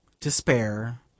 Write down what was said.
DESPAIR